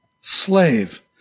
Slave